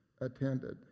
attended